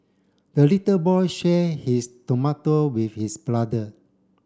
the little boy share his tomato with his brother